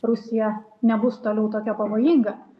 rusija nebus toliau tokia pavojinga